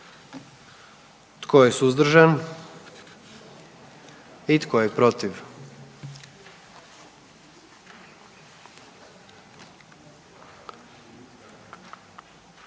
Tko je suzdržan? I tko je protiv?